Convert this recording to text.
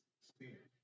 spirit